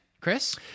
Chris